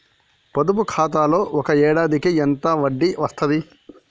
పొదుపు ఖాతాలో ఒక ఏడాదికి ఎంత వడ్డీ వస్తది?